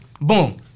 boom